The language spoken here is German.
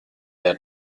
der